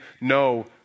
no